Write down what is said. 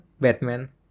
Batman